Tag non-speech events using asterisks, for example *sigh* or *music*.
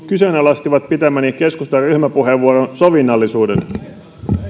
*unintelligible* kyseenalaistivat pitämäni keskustan ryhmäpuheenvuoron sovinnollisuuden